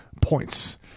points